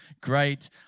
great